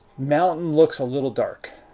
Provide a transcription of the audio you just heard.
mountain looks a little dark.